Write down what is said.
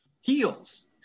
heels